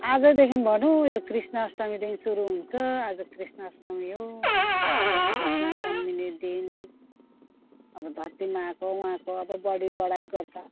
आजदेखि भनौँ यो कृष्ण अष्टमीदेखि सुरु हुन्छ आज कृष्ण अष्टमी हो अब आज कृष्ण जन्मिने दिन अब धरतीमा आएको उहाँको अब बढी बढाइ गर्छ